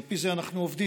על פי זה אנחנו עובדים.